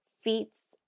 feats